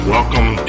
Welcome